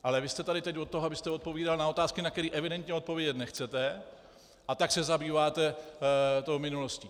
Ale vy jste tady teď od toho, abyste odpovídal na otázky, na které evidentně odpovědět nechcete, a tak se zabýváte tou minulostí.